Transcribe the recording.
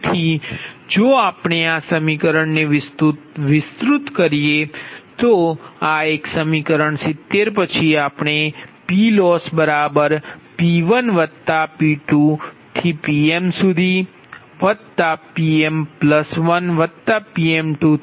તેથી જો આપણે આ સમીકરણને વિસ્તૃત કરીએ તો આ એક સમીકરણ 70 પછી આપણે PLossP1P2PmPm1Pm2